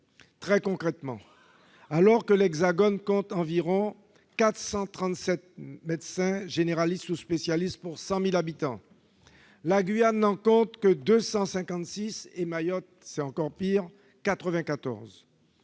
Très concrètement, alors que l'Hexagone compte environ 437 médecins, généralistes ou spécialistes, pour 100 000 habitants, la Guyane n'en compte que 256 et Mayotte 94.